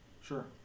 Sure